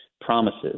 promises